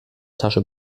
tasche